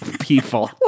people